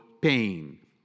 pain